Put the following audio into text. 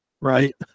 right